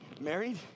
married